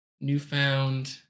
newfound